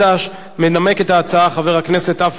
מנמק את ההצעה חבר הכנסת עפו אגבאריה.